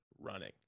running